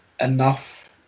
enough